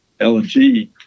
LNG